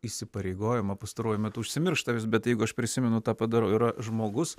įsipareigojama pastaruoju metu užsimiršta vis bet jeigu aš prisimenu tą padarau yra žmogus